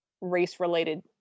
race-related